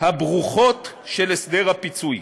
הברוכות של הסדר הפיצוי.